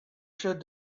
should